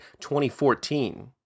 2014